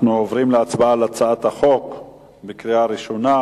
אנחנו עוברים להצבעה על הצעת החוק בקריאה ראשונה,